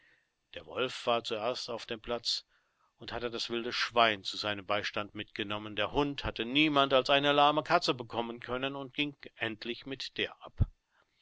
der wolf war zuerst auf dem platz und hatte das wilde schwein zu seinem beistand mitgenommen der hund hatte niemand als eine lahme katze bekommen können und ging endlich mit der ab